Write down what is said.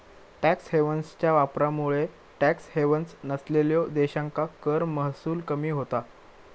tax हेव्हन्सच्या वापरामुळे tax havens नसलेल्यो देशांका कर महसूल कमी होता